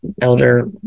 elder